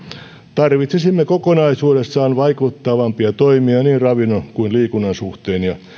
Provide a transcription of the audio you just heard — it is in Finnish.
tarvitsisimme kokonaisuudessaan vaikuttavampia toimia niin ravinnon kuin liikunnan suhteen ja